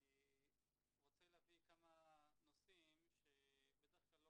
אני רוצה להביא כמה נושאים שבדרך כלל לא